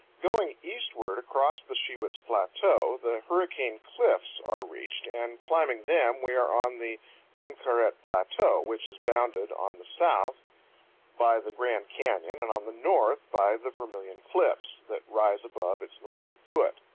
going eastward across the shiwits plateau the hurricane cliffs are reached, and climbing them we are on the uinkaret plateau, which is bounded on the south by the grand canyon and on the north by the vermilion cliffs, that rise above its northern foot.